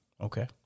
Okay